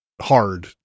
hard